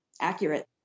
accurate